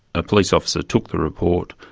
a police officer took the report,